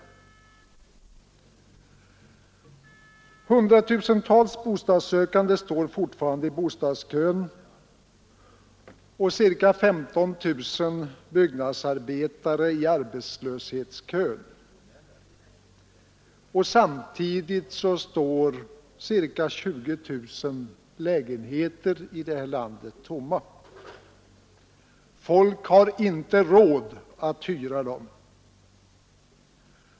100 000-tals bostadssökande står fortfarande i bostadskön och ca 15 000 byggnadsarbetare i arbetslöshetskön. Samtidigt står ca 20 000 lägenheter i det här landet tomma. Folk har inte råd att hyra dem.